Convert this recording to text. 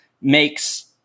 makes